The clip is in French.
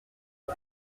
est